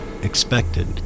expected